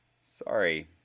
Sorry